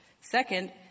Second